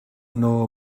know